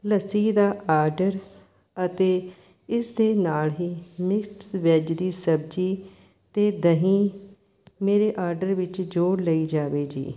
ਲੱਸੀ ਦਾ ਆਡਰ ਅਤੇ ਇਸਦੇ ਨਾਲ ਹੀ ਮਿਸਟ ਵੈੱਜ ਦੀ ਸਬਜ਼ੀ ਅਤੇ ਦਹੀਂ ਮੇਰੇ ਆਡਰ ਵਿੱਚ ਜੋੜ ਲਈ ਜਾਵੇ ਜੀ